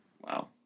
Wow